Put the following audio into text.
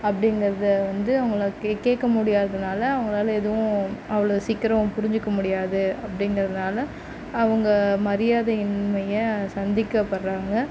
அப்படிங்கிறத வந்து அவங்கள கே கேட்க முடியாதுனால அவங்களால எதுவும் அவ்வளோ சீக்கிரம் புரிஞ்சிக்க முடியாது அப்படிங்கிறதுனால அவங்க மரியாதையின்மையை சந்திக்கப்படுறாங்க